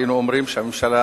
היינו אומרים שהממשלה,